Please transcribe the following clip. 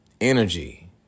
energy